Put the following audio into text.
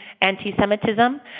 anti-Semitism